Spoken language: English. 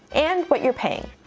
and what you're paying.